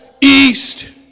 east